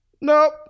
nope